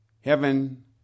heaven